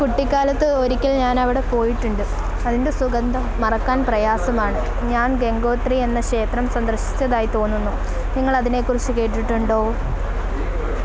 കുട്ടിക്കാലത്ത് ഒരിക്കൽ ഞാനവിടെ പോയിട്ടുണ്ട് അതിന്റെ സുഗന്ധം മറക്കാൻ പ്രയാസമാണ് ഞാൻ ഗംഗോത്രി എന്ന ക്ഷേത്രം സന്ദർശിച്ചതായി തോന്നുന്നു നിങ്ങളതിനെ കുറിച്ച് കേട്ടിട്ടുണ്ടോ